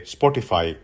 Spotify